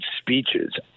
speeches